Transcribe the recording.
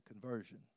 conversion